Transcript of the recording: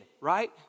right